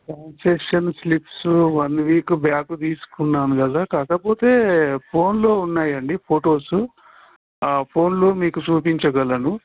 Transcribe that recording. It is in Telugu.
concession slips one week back తీసుకున్నాను కదా కాకపోతే ఫోన్లో ఉన్నాయండి ఫొటోసు ఆ ఫోన్లో మీకు చూపించగలను